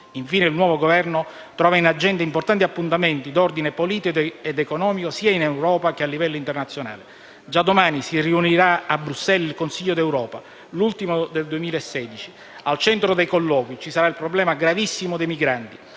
Infine, il nuovo Governo trova in agenda importanti appuntamenti d'ordine politico ed economico sia in Europa che a livello internazionale. Già domani si riunirà a Bruxelles il Consiglio d'Europa, l'ultimo del 2016. Al centro dei colloqui ci sarà il problema gravissimo dei migranti,